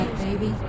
baby